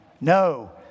No